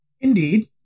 Indeed